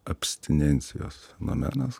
abstinencijos nomenas